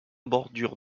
bordure